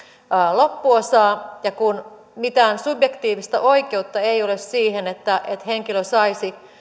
loppuosaa ja kun mitään subjektiivista oikeutta ei ole siihen että henkilö saisi